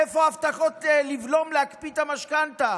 איפה ההבטחות לבלום, להקפיא את המשכנתה?